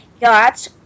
got